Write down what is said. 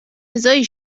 نزاعی